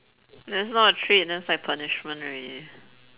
that's not treat that's like punishment already